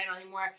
anymore